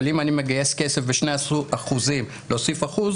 אבל אם אני מגייס כסף ב-2% אז להוסיף אחוז